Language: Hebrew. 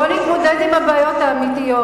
בוא נתמודד עם הבעיות האמיתיות.